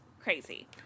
crazy